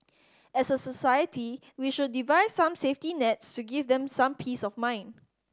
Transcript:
as a society we should devise some safety nets to give them some peace of mind